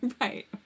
Right